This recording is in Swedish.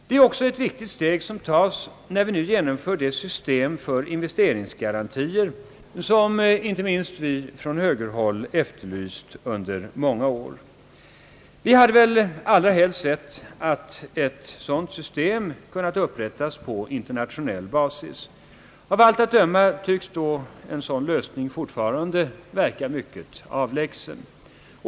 Det är också ett viktigt steg som tas, när vi nu genomför det system för investeringsgarantier som inte minst vi från högerhåll har efterlyst under många år. Vi hade väl allra helst sett att ett sådant system hade kunnat upprättas på internationell basis. Av allt att döma tycks dock en sådan lösning fortfarande vara mycket avlägsen.